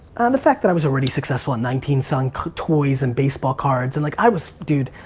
the fact that i was already successful at nineteen, selling toys and baseball cards and like, i was, dude,